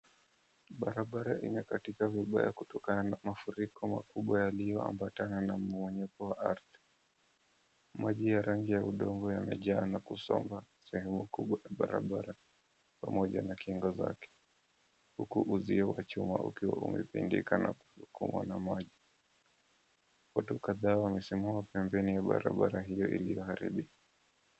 Barabara imekatika vibaya kutokana na mafuriko makubwa yaliyoambatana na mmomonyoko wa ardhi. Maji ya rangi ya udongo yamejaa na kusomba sehemu kubwa ya barabara pamoja na kingo zake, huku uzuio wa chuma ukiwa umepindika na kusukumwa na maji. Watu kadhaa wamesimama pembeni ya barabara hiyo iliyoharibika.